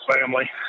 family